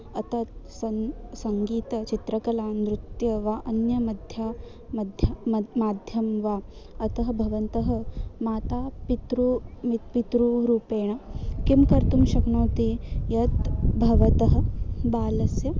अ तद् सन् सङ्गीतं चित्रकला नृत्यं वा अन्यमध्या मध्य मद् माध्यमं वा अतः भवन्तः मातापितृमित् पितृरूपेण किं कर्तुं शक्नोति यत् भवतः बालस्य